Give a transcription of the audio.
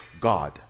God